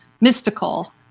mystical